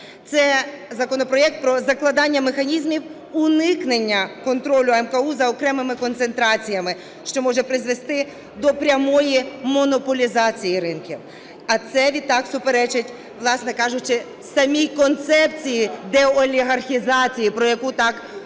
Це законопроект про закладання механізмів уникнення контролю АМКУ за окремими концентраціями, що може призвести до прямої монополізації ринків, а це відтак суперечить власне кажучи самій концепції деолігархізації про яку так багато